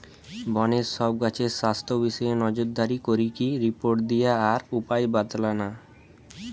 বনের সব গাছের স্বাস্থ্য বিষয়ে নজরদারি করিকি রিপোর্ট দিয়া আর উপায় বাৎলানা